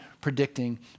predicting